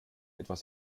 etwas